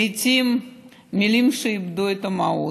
אלה לעיתים מילים שאיבדו את המהות,